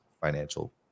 financial